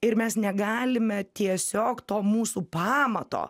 ir mes negalime tiesiog to mūsų pamato